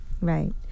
Right